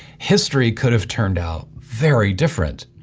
history could have turned out very different.